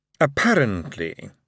Apparently